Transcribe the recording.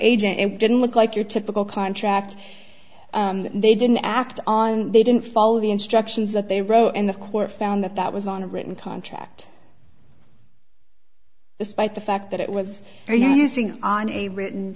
it didn't look like your typical contract they didn't act on they didn't follow the instructions that they wrote in the court found that that was on a written contract despite the fact that it was for using on a written